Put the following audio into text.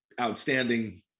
outstanding